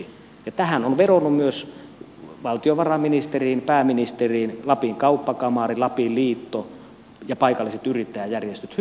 tässä ovat vedonneet myös valtiovarainministeriin pääministeriin lapin kauppakamari lapin liitto ja paikalliset yrittäjäjärjestöt hyvin vahvasti